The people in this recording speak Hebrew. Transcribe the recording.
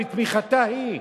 בתמיכתה היא,